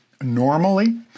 normally